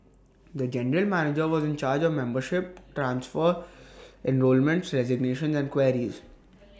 the general manager was in charge of membership transfers enrolments resignations and queries